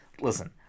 listen